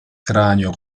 cranio